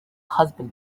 husband